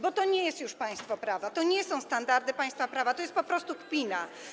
Bo to nie jest już państwo prawa, to nie są standardy państwa prawa, to jest po prostu kpina.